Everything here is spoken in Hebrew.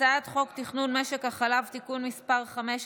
הצעת חוק תכנון משק החלב (תיקון מס' 5),